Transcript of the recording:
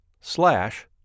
slash